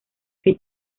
que